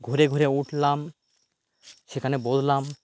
ঘুরে ঘুরে উঠলাম সেখানে বসলাম